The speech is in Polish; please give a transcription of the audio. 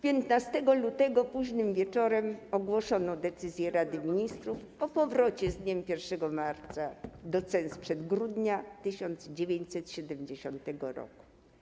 15 lutego późnym wieczorem ogłoszono decyzję Rady Ministrów o powrocie z dniem 1 marca do cen sprzed grudnia 1970 r.